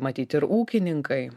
matyt ir ūkininkai